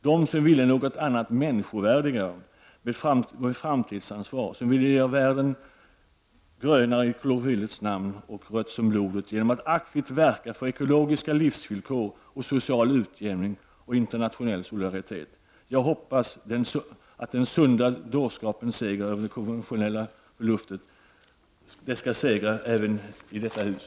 De som ville något annat människovärdigare med framtidsansvar och som ville göra världen grönare i klorofyllets namn och rött som blodet genom att aktivt verka för ekologiska livsvillkor och social utjämning och internationell solidaritet. Jag hoppas på den sunda dårskapens seger över det konventionella destruktiva förnuftet även i detta hus.